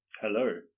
Hello